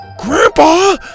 Grandpa